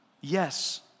Yes